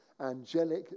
angelic